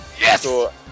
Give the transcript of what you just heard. Yes